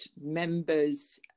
members